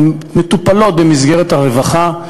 הן מטופלות במסגרת הרווחה,